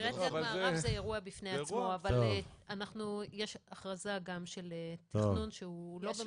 קרית-גת מערב זה אירוע בפני עצמו אבל יש הכרזה גם של תכנון שהוא לא ב